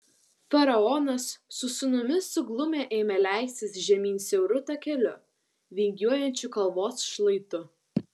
faraonas su sūnumi suglumę ėmė leistis žemyn siauru takeliu vingiuojančiu kalvos šlaitu